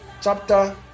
chapter